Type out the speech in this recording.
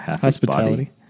hospitality